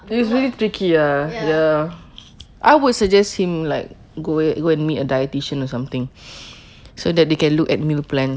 it was really tricky ah ya I would suggest him like go a~ go and meet a dietitian or something so that they can look at meal plans